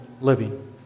living